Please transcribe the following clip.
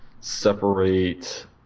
Separate